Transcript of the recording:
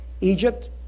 Egypt